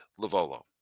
Lavolo